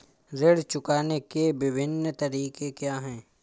ऋण चुकाने के विभिन्न तरीके क्या हैं?